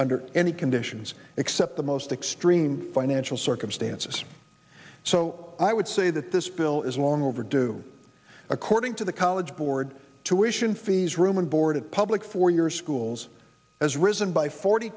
under any conditions except the most extreme financial circumstances so i would say that this bill is long overdue according to the college board to ition fees room and board at public four year schools has risen by forty